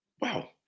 Wow